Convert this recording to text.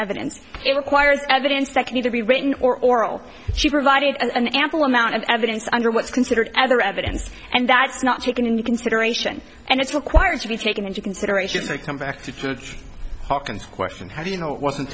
evidence it requires evidence that can either be written or oral she provided an ample amount of evidence under what's considered other evidence and that's not taken into consideration and it's required to be taken into consideration as they come back to the hawkins question how do you know it wasn't